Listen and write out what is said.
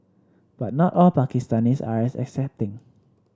but not all Pakistanis are as accepting